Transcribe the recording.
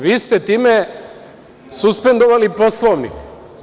Vi ste time suspendovali Poslovnik.